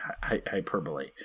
hyperbole